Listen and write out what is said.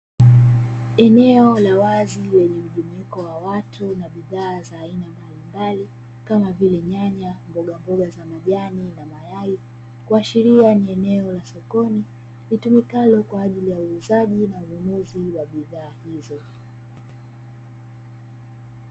Eneo la wazi lenye mjumuiko wa watu na bidhaa za aina mbalimbali, kama vile; nyanya, mbogamboga za majani na mayai. Kuashiria ni eneo la sokoni litumikalo kwa ajili ya uuzaji na ununuzi wa bidhaa hizo.